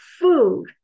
food